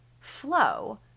flow